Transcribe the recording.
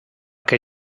que